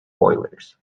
boilers